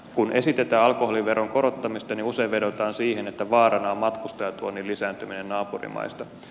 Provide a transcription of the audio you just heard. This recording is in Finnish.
kun esitetään alkoholiveron korottamista usein vedotaan siihen että vaarana on matkustajatuonnin lisääntyminen naapurimaista